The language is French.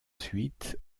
suite